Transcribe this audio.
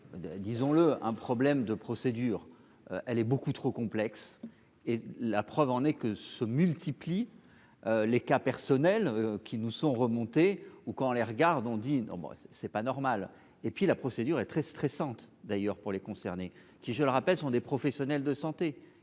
disons-le, un problème de procédure, elle est beaucoup trop complexe et la preuve en est que se multiplient les cas personnel qui nous sont remontés ou quand on les regarde, on dit non c'est pas normal et puis la procédure est très stressantes d'ailleurs pour les concernés, qui je le rappelle, sont des professionnels de santé